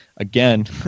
Again